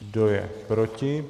Kdo je proti?